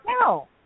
No